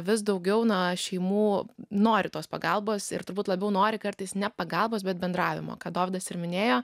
vis daugiau na šeimų nori tos pagalbos ir turbūt labiau nori kartais ne pagalbos bet bendravimo kad dovydas ir minėjo